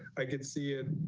i could see it,